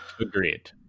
Agreed